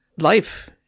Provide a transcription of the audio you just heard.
life